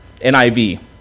NIV